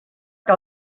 que